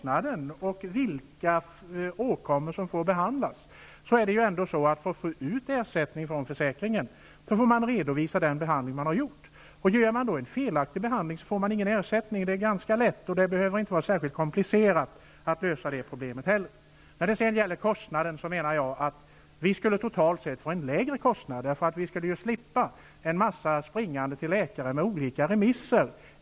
När det gäller vilka åkommor som får behandlas vill jag säga att det ju ändå är så, att man för att få ut ersättning från försäkringen måste redovisa den behandling som har utförts. Gör man en felaktig behandling får man inte någon ersättning. Det är ganska enkelt, och det bör inte vara särskilt komplicerat att lösa problemet. Beträffande kostnaderna menar jag att vi totalt sett skulle få lägre kostnader, eftersom man skulle slippa mycket spring till läkare med olika remisser.